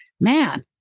man